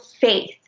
faith